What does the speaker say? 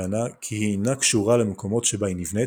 בטענה כי היא אינה קשורה למקומות שבה היא נבנית,